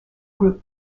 group